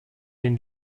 den